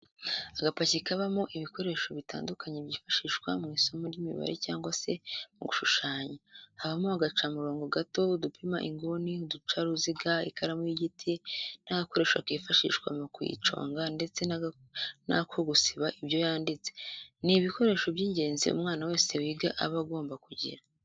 Agapaki kabamo ibikoresho bitandukanye byifashishwa mu isomo ry'imibare cyangwa se mu gushushanya, habamo agacamurongo gato, udupima inguni, uducaruziga, ikaramu y'igiti n'agakoresho kifashishwa mu kuyiconga ndetse n'ako gusiba ibyo yanditse, ni ibikoresho by'ingenzi umwana wese wiga aba agomba kugira.